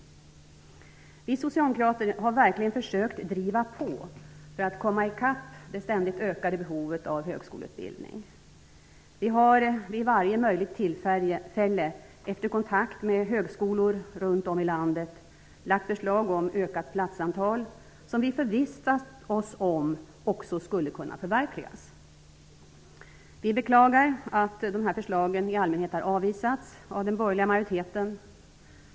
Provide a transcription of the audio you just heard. Vi socialdemokrater har verkligen försökt driva på för att komma i kapp det ständigt ökade behovet av högskoleutbildning. Vi har vid varje möjligt tillfälle efter kontakt med högskolor runt om i landet lagt fram förslag om ökat platsantal som vi förvissat oss om också skulle kunna förverkligas. Vi beklagar att dessa förslag i allmänhet har avvisats av den borgerliga majoriteten.